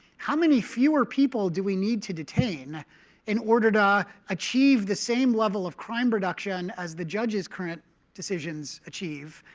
how many fewer people do we need to detain in order to achieve the same level of crime reduction as the judge's current decisions achieve?